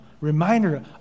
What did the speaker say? reminder